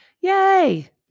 Yay